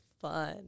fun